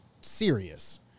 serious